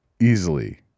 easily